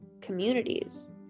communities